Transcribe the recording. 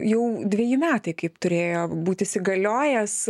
jau dveji metai kaip turėjo būti įsigaliojęs